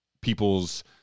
people's